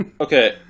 Okay